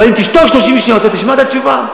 אבל אם תשתוק 30 שניות אתה תשמע את התשובה.